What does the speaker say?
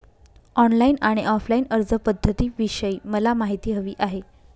online आणि offline अर्जपध्दतींविषयी मला माहिती हवी आहे